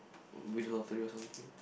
win lottery or something